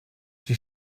die